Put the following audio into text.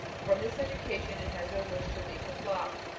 from this education, it has no wish to leave the flock,